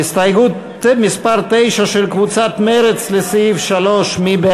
ההסתייגות לחלופין של קבוצת סיעת יהדות התורה לסעיף 3 לא נתקבלה.